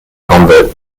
convert